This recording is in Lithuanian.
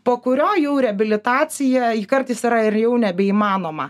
po kurio jau reabilitacija kartais yra ir jau nebeįmanoma